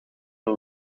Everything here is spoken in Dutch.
een